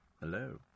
Hello